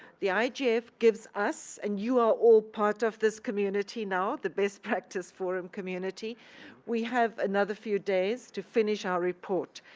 the i mean igf gives us and you are all part of this community now, the best practice forum community we have another few days to finish our report.